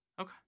Okay